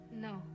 No